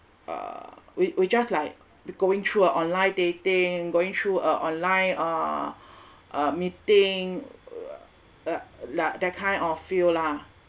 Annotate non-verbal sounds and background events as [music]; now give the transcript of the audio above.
uh we we just like going through a online dating going through a online uh [breath] uh meeting uh lah that kind of feel lah